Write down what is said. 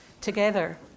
together